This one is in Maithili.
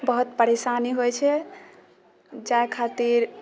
बहुत परेशानी होइ छै जाइ खातिर